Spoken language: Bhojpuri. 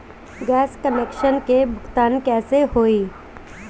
गैस कनेक्शन के भुगतान कैसे होइ?